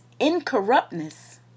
incorruptness